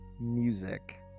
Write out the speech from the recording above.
music